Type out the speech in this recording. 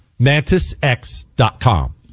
MantisX.com